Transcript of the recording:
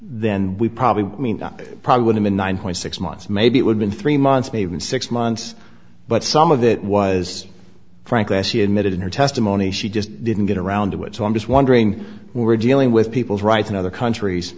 then we probably mean it probably would have been nine point six months maybe it would been three months maybe even six months but some of that was frankly i see admitted in her testimony she just didn't get around to it so i'm just wondering we're dealing with people's rights in other countries